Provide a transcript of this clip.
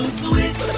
switch